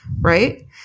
right